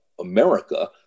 america